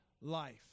life